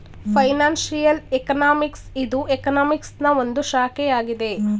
financial economics ಇದು ಎಕನಾಮಿಕ್ಸನಾ ಒಂದು ಶಾಖೆಯಾಗಿದೆ